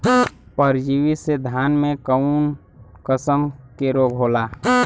परजीवी से धान में कऊन कसम के रोग होला?